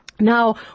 Now